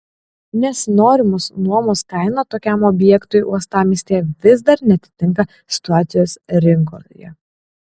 nes norimos nuomos kaina tokiam objektui uostamiestyje vis dar neatitinka situacijos rinkoje